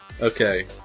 Okay